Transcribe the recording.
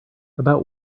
about